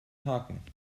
haken